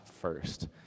first